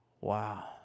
Wow